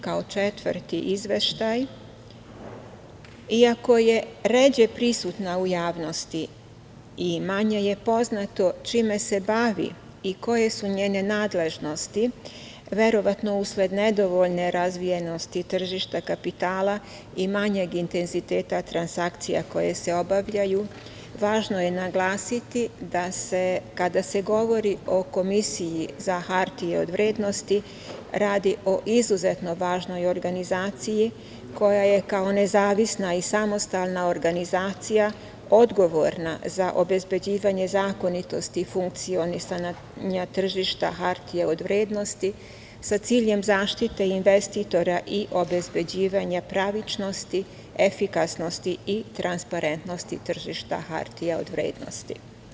Kao četvrti izveštaj, iako je ređe prisutno u javnosti i manje je poznato čime se bavi i koje su njene nadležnosti, verovatno usled nedovoljne razvijenosti tržišta kapitala i manjeg intenziteta transakcija koje se obavljaju, važno je naglasiti da se kada se govori o Komisiji za hartije od vrednosti radi o izuzetno važnoj organizaciji koja je kao nezavisna i samostalna organizacija odgovorna za obezbeđivanje zakonitosti i funkcionisanja tržišta hartija od vrednosti, sa ciljem zaštite investitora i obezbeđivanja pravičnosti, efikasnosti i transparentnosti tržišta hartija od vrednosti.